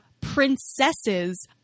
Princesses